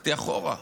הלכתי אחורה.